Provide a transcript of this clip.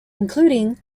including